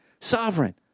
Sovereign